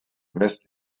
west